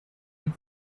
and